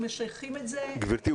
גברתי,